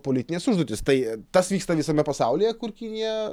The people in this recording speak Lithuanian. politines užduotis tai tas vyksta visame pasaulyje kur kinija